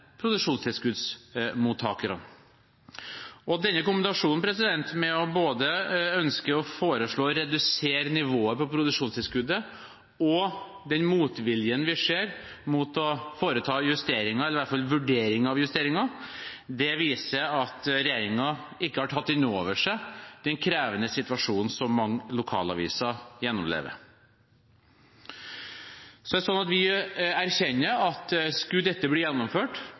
produksjonstilskuddsmottakerne. Denne kombinasjonen av både å foreslå å redusere nivået på produksjonstilskuddet og den motviljen vi ser mot å foreta justeringer eller i hvert fall vurderinger av justeringer, viser at regjeringen ikke har tatt inn over seg den krevende situasjonen som mange lokalaviser gjennomlever. Vi erkjenner at hvis dette skulle blitt gjennomført,